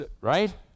right